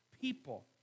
people